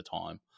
time